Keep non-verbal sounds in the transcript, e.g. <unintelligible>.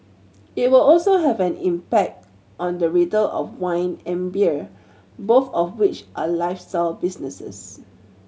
it will also have an impact on the <unintelligible> of wine and beer both of which are lifestyle businesses